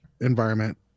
environment